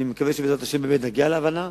אני מקווה שבעזרת השם באמת נגיע להבנה.